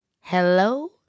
Hello